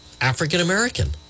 African-American